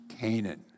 Canaan